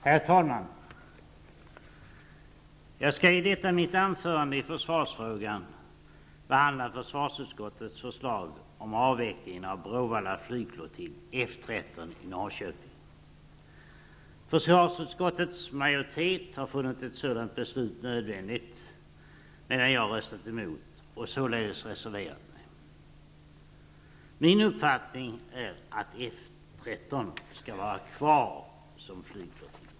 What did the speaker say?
Herr talman! Jag skall i detta mitt anförande i försvarsfrågan behandla försvarsutskottets förslag om avvecklingen av Bråvalla flygflottilj F 13 i Försvarsutskottets majoritet har funnit ett sådant beslut nödvändigt, medan jag har röstat emot och således har reserverat mig. Det är min uppfattning att F 13 skall vara kvar som flygflottilj.